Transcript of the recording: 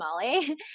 Molly